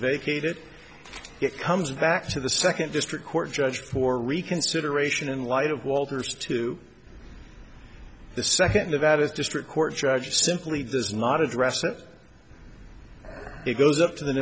vacated it comes back to the second district court judge for reconsideration in light of walters to the second that is district court judge simply does not address it or it goes up to the